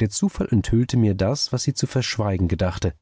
der zufall enthüllte mir das was sie zu verschweigen gedachte